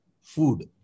food